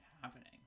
happening